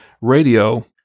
radio